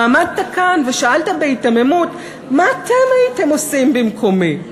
ועמדת כאן ושאלת בהיתממות: מה אתם הייתם עושים במקומי?